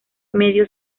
medio